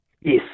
Yes